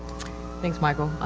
thanks michael.